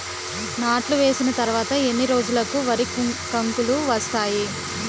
నాట్లు వేసిన తర్వాత ఎన్ని రోజులకు వరి కంకులు వస్తాయి?